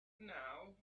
now